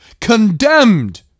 condemned